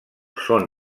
són